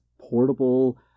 portable